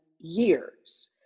years